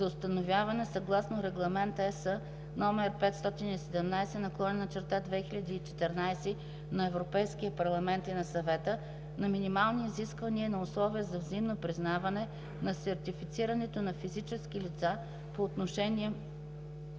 за установяване, съгласно Регламент (ЕС) № 517/2014 на Европейския парламент и на Съвета, на минимални изисквания и на условия за взаимно признаване на сертифицирането на физически лица по отношение